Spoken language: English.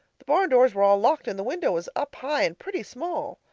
the barn doors were all locked and the window was up high and pretty small.